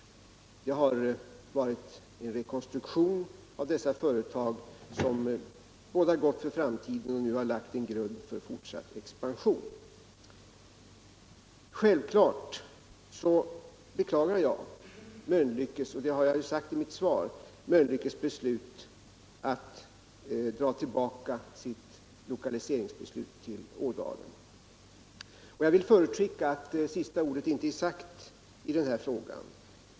Det har varit en rekonstruktion av dessa företag som bådar gott för framtiden och som nu har lagt en grund för fortsatt expansion. Självklart beklagar jag — och det har jag sagt i mitt svar — att Mölnlycke tagit tillbaka sitt beslut om lokalisering till Ådalen, och jag vill förutskicka att sista ordet inte är sagt i den frågan.